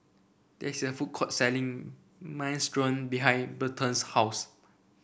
there is a food court selling Minestrone behind Berton's house